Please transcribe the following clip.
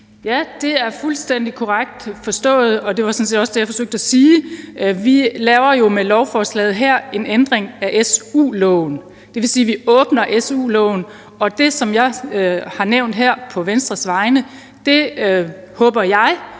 Ja, det er fuldstændig korrekt forstået, og det var sådan set også det, jeg forsøgte at sige. Vi laver jo med lovforslaget her en ændring af su-loven, og det vil sige, at vi åbner su-loven. Og det, som jeg har nævnt her på Venstres vegne, håber jeg